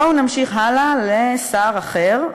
בואו נמשיך הלאה לשר אחר,